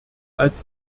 als